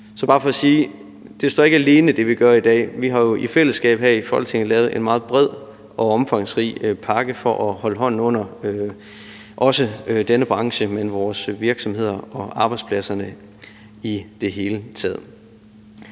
er bare for at sige, at det, vi gør i dag, ikke står alene. Vi har jo i fællesskab her i Folketinget lavet en meget bred og omfangsrig pakke for at holde hånden under denne branche, hvilket også gælder vores virksomheder og arbejdspladser i det hele taget.